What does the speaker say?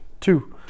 Two